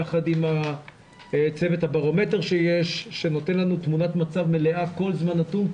יחד עם צוות הברומטר שיש שנותן לנו תמונת מצב מלאה כל זמן נתון,